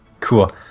Cool